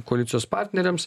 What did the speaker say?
koalicijos partneriams